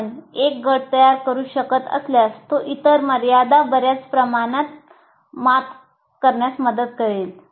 आपण एक गट तयार करू शकत असल्यास तो इतर मर्यादावर बर्याच प्रमाणात मात करण्यात मदत करेल